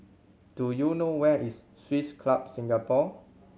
do you know where is Swiss Club Singapore